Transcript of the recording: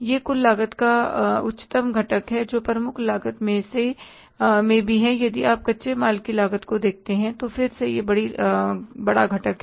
यह कुल लागत का उच्चतम घटक है और प्रमुख लागत में भी यदि आप कच्चे माल की लागत को देखते हैं जो फिर से यह सबसे बड़ा घटक है